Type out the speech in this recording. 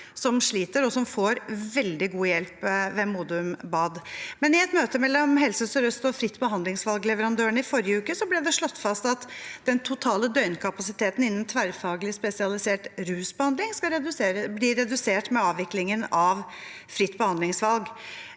som sliter, og som får veldig god hjelp ved Modum bad. I et møte mellom Helse Sør-Øst og fritt behandlingsvalg-leverandørene i forrige uke ble det slått fast at den totale døgnkapasiteten innen tverrfaglig spesialisert rusbehandling skal bli redusert med avviklingen av fritt behandlingsvalg.